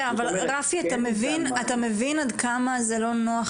רפי, אבל אתה מבין כמה זה לא נוח